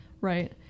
right